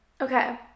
Okay